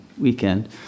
weekend